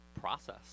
process